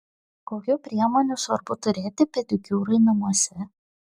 kokių priemonių svarbu turėti pedikiūrui namuose